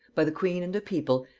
by the queen and the people,